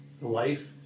Life